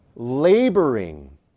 laboring